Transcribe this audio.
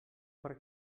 per